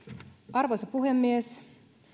puhemies